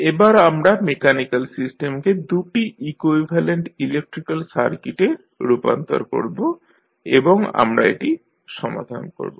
এবার আমরা মেকানিক্যাল সিস্টেমকে দু'টি ইকুইভ্যালেন্ট ইলেকট্রিক্যাল সার্কিটে রূপান্তর করব এবং তারপর আমরা এটি সমাধান করব